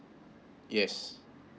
yes